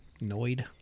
Noid